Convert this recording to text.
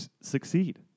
succeed